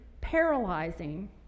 paralyzing